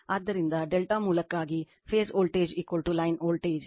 ಆದ್ದರಿಂದ ∆ ಮೂಲಕ್ಕಾಗಿ phase voltage line voltage